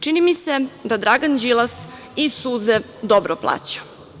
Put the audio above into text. Čini mi se da Dragan Đilas i suze dobro plaća.